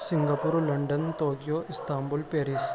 Singapore London Tokyo Istanbul Paris